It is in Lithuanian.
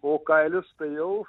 o kailis tai jau